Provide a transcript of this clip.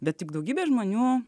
bet tik daugybė žmonių